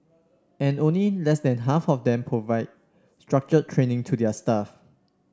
and only less than half of them provide structured training to their staff